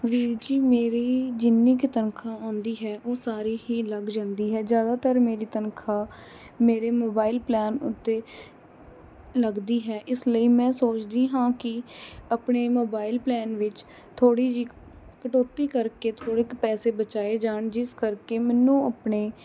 ਵੀਰ ਜੀ ਮੇਰੀ ਜਿੰਨੀ ਕੁ ਤਨਖਾਹ ਆਉਂਦੀ ਹੈ ਉਹ ਸਾਰੀ ਹੀ ਲੱਗ ਜਾਂਦੀ ਹੈ ਜ਼ਿਆਦਾਤਰ ਮੇਰੀ ਤਨਖਾਹ ਮੇਰੇ ਮੋਬਾਈਲ ਪਲੈਨ ਉੱਤੇ ਲੱਗਦੀ ਹੈ ਇਸ ਲਈ ਮੈਂ ਸੋਚਦੀ ਹਾਂ ਕਿ ਆਪਣੇ ਮੋਬਾਈਲ ਪਲੈਨ ਵਿੱਚ ਥੋੜ੍ਹੀ ਜਿਹੀ ਕਟੌਤੀ ਕਰਕੇ ਥੋੜ੍ਹੇ ਕੁ ਪੈਸੇ ਬਚਾਏ ਜਾਣ ਜਿਸ ਕਰਕੇ ਮੈਨੂੰ ਆਪਣੇ